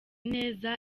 neza